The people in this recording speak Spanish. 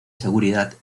seguridad